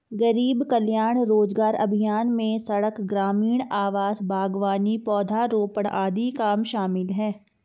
गरीब कल्याण रोजगार अभियान में सड़क, ग्रामीण आवास, बागवानी, पौधारोपण आदि काम शामिल है